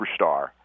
superstar